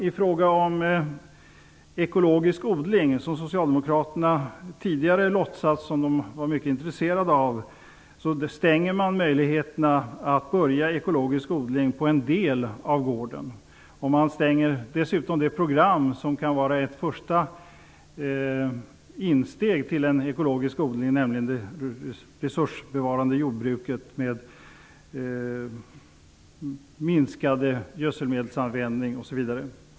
I fråga om ekologisk odling, som socialdemokraterna tidigare har låtsats vara mycket intresserade av, stänger man möjligheten att börja odla ekologiskt på en del av gården. Man stänger dessutom det program som kan vara ett första steg mot en ekologisk odling, det resursbevarande jordbruket med en minskad gödselmedelsanvändning osv.